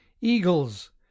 eagles